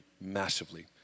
massively